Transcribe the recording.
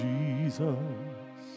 Jesus